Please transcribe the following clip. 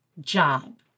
job